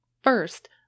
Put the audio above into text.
First